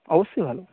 অবশ্যই ভালো